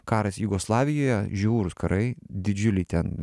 karas jugoslavijoje žiaurūs karai didžiuliai ten